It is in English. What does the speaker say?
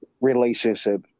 relationship